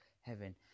heaven